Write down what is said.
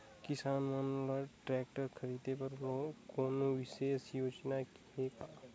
किसान मन ल ट्रैक्टर खरीदे बर कोनो विशेष योजना हे का?